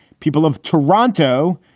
people of toronto,